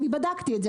אני בדקתי את זה,